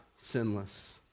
sinless